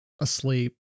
asleep